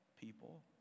people